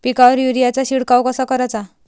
पिकावर युरीया चा शिडकाव कसा कराचा?